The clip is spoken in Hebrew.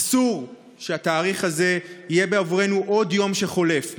אסור שהתאריך הזה יהיה בעבורנו עוד יום שחולף.